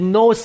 no